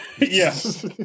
Yes